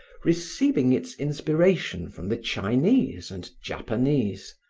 receiving its inspiration from the chinese and japanese,